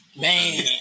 Man